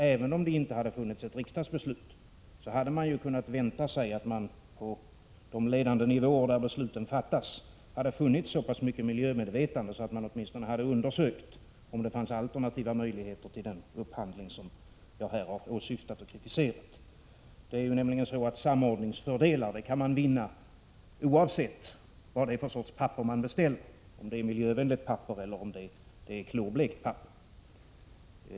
Även om det inte hade funnits ett riksdagsbeslut, hade man kunnat vänta sig att man på den ledande nivå där besluten fattas hade haft så pass mycket miljömedvetande att man åtminstone hade undersökt om det fanns alternativa möjligheter till den upphandling som jag här åsyftat och kritiserat. Det är nämligen så att samordningsfördelar kan vinnas oavsett vad det är för sorts papper man beställer, om det är miljövänligt papper eller klorblekt papper.